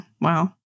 Wow